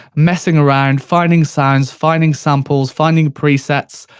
messing around, finding sounds, finding samples, finding presets,